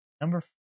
Number